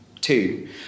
two